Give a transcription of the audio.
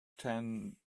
ten